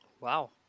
Wow